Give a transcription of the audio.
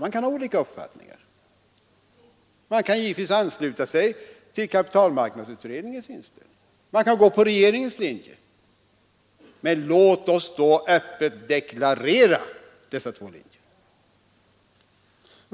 Man kan ha olika uppfattningar. Man kan givetvis ansluta sig antingen till kapitalmarknadsutredningens inställning eller till regeringens linje, men låt oss öppet deklarera dessa två linjer.